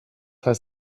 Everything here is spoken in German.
heißt